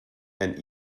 and